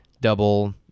double